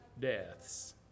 deaths